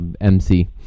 MC